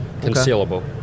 concealable